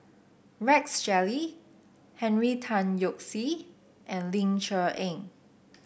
Rex Shelley Henry Tan Yoke See and Ling Cher Eng